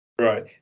Right